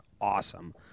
awesome